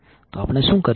તો આપણે શું કરીશું